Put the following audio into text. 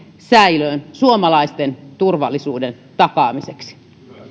säilöön suomalaisten turvallisuuden takaamiseksi